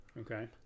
Okay